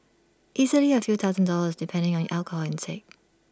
easily A few thousand dollars depending on your alcohol intake